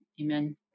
Amen